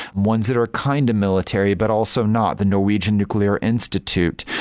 ones that are kind of military, but also not, the norwegian nuclear institute,